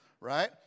Right